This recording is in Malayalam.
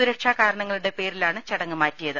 സുരക്ഷാകാരണങ്ങളുടെ പേരിലാണ് ചടങ്ങ് മാറ്റിയത്